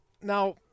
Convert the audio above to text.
Now